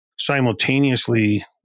simultaneously